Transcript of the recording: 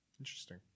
Interesting